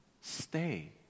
stay